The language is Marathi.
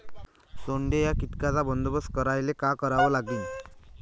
सोंडे या कीटकांचा बंदोबस्त करायले का करावं लागीन?